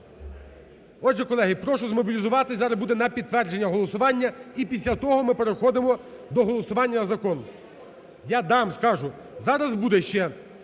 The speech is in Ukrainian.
Отже, коли прошу змобілізуватись, зараз буде на підтвердження голосування і після того ми переходимо до голосування закону. (Шум у залі) Я дам, скажу. Зараз буде ще